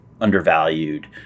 undervalued